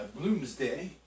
Bloomsday